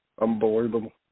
Unbelievable